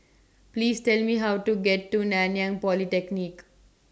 Please Tell Me How to get to Nanyang Polytechnic